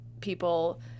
people